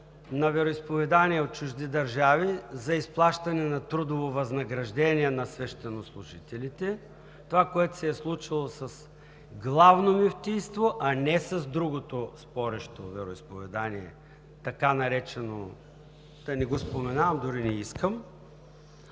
на вероизповедания от чужди държави за изплащане на трудово възнаграждение на свещенослужителите – това, което се е случило с Главно мюфтийство, а не с другото спорещо вероизповедание – така наречено, да не го споменавам, дори не искам.